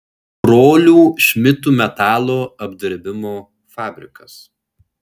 brolių šmidtų metalo apdirbimo fabrikas